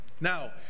Now